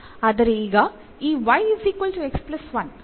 ಆದರೆ ಈಗ ಈ